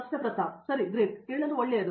ಪ್ರತಾಪ್ ಹರಿದಾಸ್ ಸರಿ ಗ್ರೇಟ್ ಕೇಳಲು ಒಳ್ಳೆಯದು